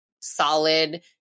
solid